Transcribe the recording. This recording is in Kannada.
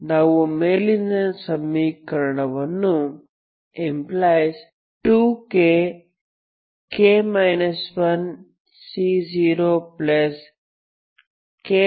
ನಾವು ಮೇಲಿನ ಸಮೀಕರಣವನ್ನು ⟹2kk 1C0kC0xk 1n0n1k